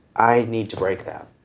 i need to break that.